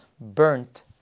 burnt